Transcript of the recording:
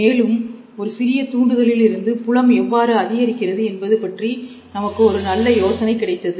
மேலும் ஒரு சிறிய தூண்டுதலில் இருந்து புலம் எவ்வாறு அதிகரிக்கிறது என்பது பற்றி நமக்கு ஒரு நல்ல யோசனை கிடைத்தது